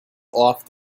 off